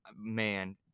man